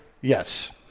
Yes